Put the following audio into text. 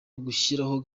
ugushyiraho